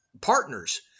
partners